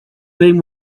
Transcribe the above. been